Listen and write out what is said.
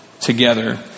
together